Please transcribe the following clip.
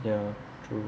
ya true